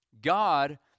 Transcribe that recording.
God